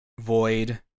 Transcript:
Void